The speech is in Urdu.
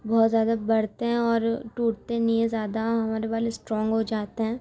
بہت زیادہ بڑھتے ہیں اور ٹوٹتے نہیں ہیں زیادہ ہمارے بال اسٹرونگ ہو جاتے ہیں